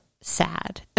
sad